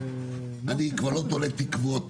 אני כבר לא תולה תקוות